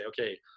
okay